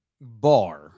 bar